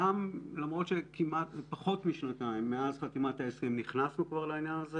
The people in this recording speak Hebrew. למרות שעברו פחות משנתיים מאז חתימת ההסכם נכנסנו לעניין הזה,